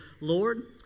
Lord